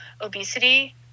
obesity